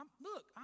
Look